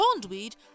pondweed